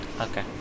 Okay